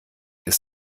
ist